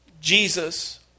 Jesus